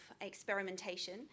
experimentation